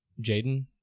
Jaden